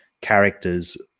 characters